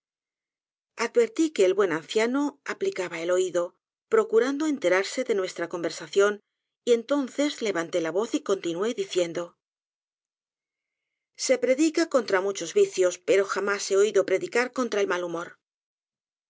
advertí que el buen anciano aplicaba el oido procurando enterarse de nuestra conversación y entonces levanté la voz y continué diciendo se predica contra muchos vicios pero jamás he oido predicar contra el mal humor